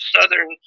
Southern